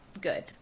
good